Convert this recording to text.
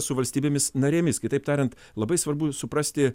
su valstybėmis narėmis kitaip tariant labai svarbu suprasti